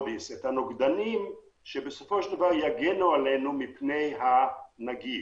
נוגדנים שבסופו של דבר יגנו עלינו מפני הנגיף.